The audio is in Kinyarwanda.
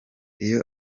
iyo